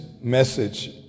message